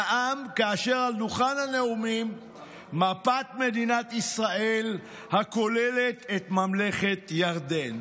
ונאם כאשר על דוכן הנאומים מפת מדינת ישראל הכוללת את ממלכת ירדן.